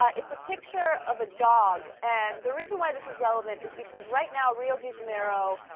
ah it's a picture of a dog and the reason why this is relevant is because right now rio de janeiro